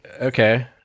Okay